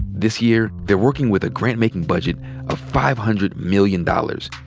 this year they're working with a grant making budget of five hundred million dollars,